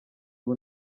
ubu